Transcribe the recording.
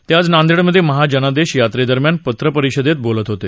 ते ी ज नांदेडमध्ये महाजनादेश यात्रेदरम्यान पत्रपरिषदेत बोलत होते